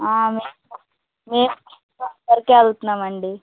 అవునా మేము విజయవాడ వరకు వెళుతున్నాం అండి